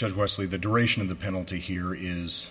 just wesley the duration of the penalty here is